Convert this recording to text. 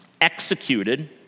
executed